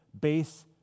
base